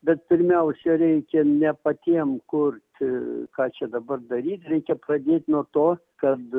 bet pirmiausia reikia ne patiem kurt ką čia dabar daryti reikia pradėti nuo to kad